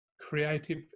Creative